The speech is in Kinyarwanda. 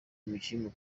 umukinnyi